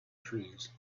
trees